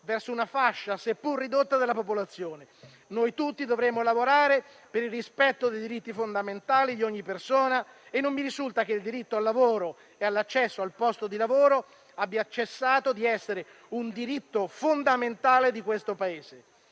verso una fascia, seppur ridotta, della popolazione. Noi tutti dovremmo lavorare per il rispetto dei diritti fondamentali di ogni persona e non mi risulta che il diritto al lavoro e all'accesso al posto di lavoro abbia cessato di essere un diritto fondamentale del nostro Paese,